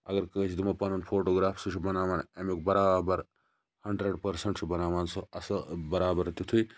اَگَر کٲنٛسہِ دِمو پَنُن فوٹوگراف سُہ چھُ بَناوان امیُک بَرابَر ہَنٛڈریٚڈ پرسَنٹ چھُ بَناوان سُہ اصل بَرابَر تِتھُے